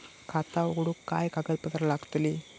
खाता उघडूक काय काय कागदपत्रा लागतली?